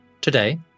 Today